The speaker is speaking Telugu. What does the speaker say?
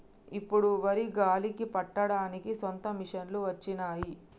ఇప్పుడు వరి గాలికి పట్టడానికి సొంత మిషనులు వచ్చినాయి